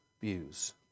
views